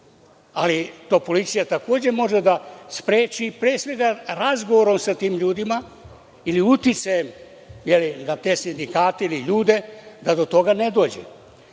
a to policija takođe može spreči pre svega razgovorom sa tim ljudima ili uticajem na te sindikate ili ljude, da do toga ne dođe. Ovo